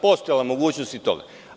Postojala je mogućnost i toga.